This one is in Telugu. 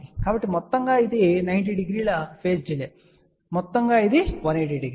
కాబట్టి మొత్తంగా ఇది 90 డిగ్రీల పేజ్ డిలే మొత్తంగా ఇది 180 డిగ్రీలు